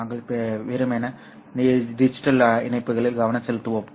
நாம் வெறுமனே digital optical இணைப்புகளில் கவனம் செலுத்துவோம்